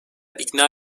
ikna